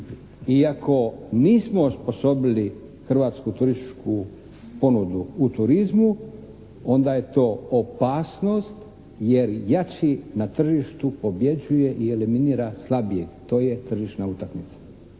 ako nismo osposobili hrvatsku turističku ponudu u turizmu onda je to opasnost jer jači na tržištu pobjeđuje i eliminira slabijeg. To je tržišna utakmica.